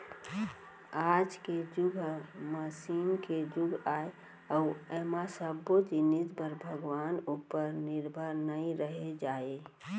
आज के जुग ह मसीन के जुग आय अउ ऐमा सब्बो जिनिस बर भगवान उपर निरभर नइ रहें जाए